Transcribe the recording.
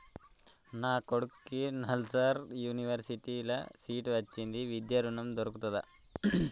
నా కొడుకుకి నల్సార్ యూనివర్సిటీ ల సీట్ వచ్చింది విద్య ఋణం దొర్కుతదా?